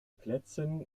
plätzen